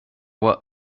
were